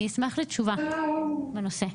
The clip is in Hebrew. אני אשמח לתשובה בנושא.